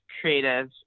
creative